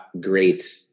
great